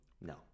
no